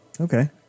Okay